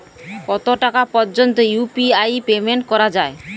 কত টাকা পর্যন্ত ইউ.পি.আই পেমেন্ট করা যায়?